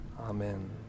Amen